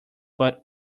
but